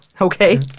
okay